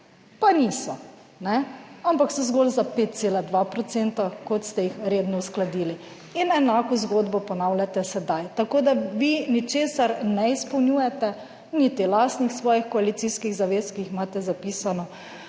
pa niso, ampak so zgolj za 5,2 %, kot ste jih redno uskladili. In enako zgodbo ponavljate sedaj. Tako da vi ničesar ne izpolnjujete, niti lastnih svojih koalicijskih zavez, ki jih imate zapisano